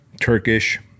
Turkish